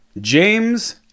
James